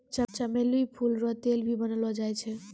चमेली फूल रो तेल भी बनैलो जाय छै